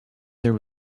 there